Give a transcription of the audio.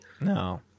No